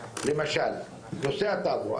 למשל נושא הטאבו,